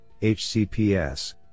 HCPS